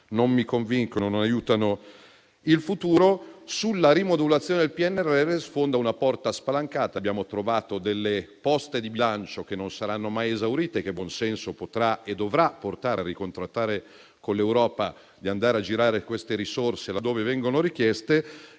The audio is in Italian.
non mi convincono e non aiutano il futuro. Sulla rimodulazione del PNRR sfonda una porta spalancata. Abbiamo trovato delle poste di bilancio che non saranno mai esaurite. Il buon senso potrà e dovrà portare a ricontrattare con l'Europa, per andare a girare queste risorse laddove vengono richieste.